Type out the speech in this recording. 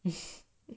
is